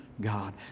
God